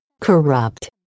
Corrupt